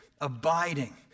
abiding